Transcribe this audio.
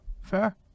fair